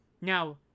Now